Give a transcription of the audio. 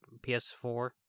PS4